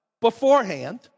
beforehand